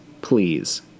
Please